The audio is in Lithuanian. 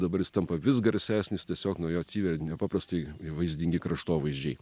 dabar jis tampa vis garsesnis tiesiog nuo jo atsiveria nepaprastai vaizdingi kraštovaizdžiai